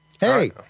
Hey